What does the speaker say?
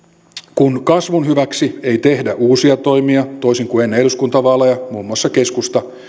kun kasvun hyväksi ei tehdä uusia toimia toisin kuin ennen eduskuntavaaleja muun muassa keskusta